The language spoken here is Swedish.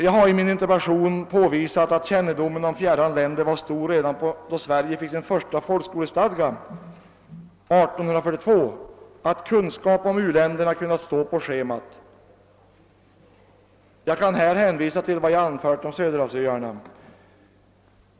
Jag har i min interpellation påvisat att kännedomen om fjärran länder var så stor redan år 1842, då Sverige fick sin första folkskolestadga, att kunskap om u-länderna hade kunnat stå på folkskolans schema. Jag kan i detta sammanhang hänvisa till vad jag anfört om Söderhavsöarna.